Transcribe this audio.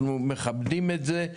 אנחנו מכבדים את זה.